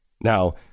Now